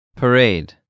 parade